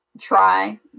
try